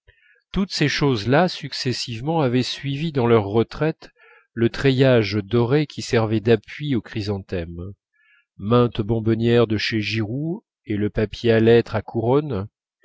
toutes ces choses-là successivement avaient suivi dans leur retraite le treillage doré qui servait d'appui aux chrysanthèmes mainte bonbonnière de chez giroux et le papier à lettres à couronne